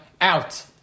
out